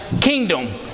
kingdom